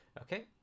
Okay